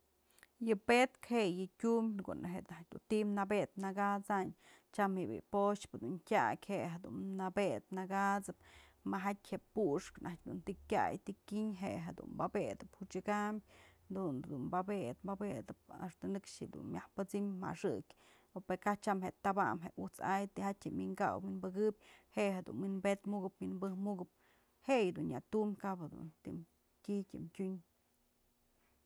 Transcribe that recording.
Yë pe'etkë je yë tyumbë në ko'o najtyë nabet nakat'sayn tyam bi'i po'oxpë dun tyak je'e jedun nabet nakat'sëp majatyë je'e puxkë dun të kyay të kyën, je'e jedun pabetëp odyëkam, dun dun pabetëp, pabëtë a'axta nëkxë dun myaj pësëm jaxëkyë o pë kaj tyam je'e tabam je'e ujt's ay tyjatyë je' wi'inkaw, wi'inpëkëyb je'e jedun wynbetmukëp wynpëjmukëp, je'e yë dun nyatum, kap dun tëm ti'i tëm tyun.